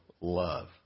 love